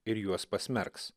ir juos pasmerks